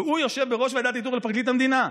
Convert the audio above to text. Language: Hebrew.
והוא יושב בראש ועדת איתור פרקליט המדינה,